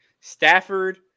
Stafford